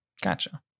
Gotcha